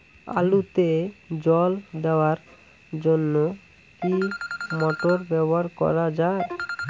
আলুতে জল দেওয়ার জন্য কি মোটর ব্যবহার করা যায়?